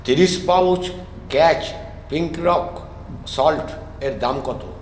ত্রিশ pouch Catch pink rock salt এর দাম কত